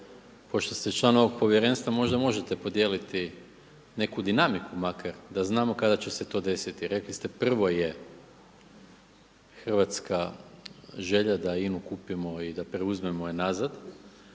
pošto ste član ovog povjerenstva možda možete podijeliti neku dinamiku makar da znamo kada će se to desiti. Rekli ste prvo je hrvatska želja da INA-u kupimo i da je preuzmemo nazad